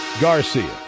Garcia